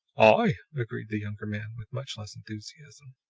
aye, agreed the younger man, with much less enthusiasm.